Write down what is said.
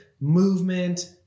movement